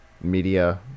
media